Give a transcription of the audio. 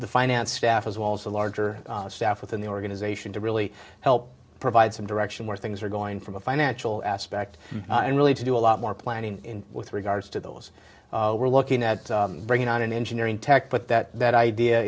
finance staff as well as the larger staff within the organization to really help provide some direction where things are going from a financial aspect and really to do a lot more planning with regards to those we're looking at bringing on an engineering tech but that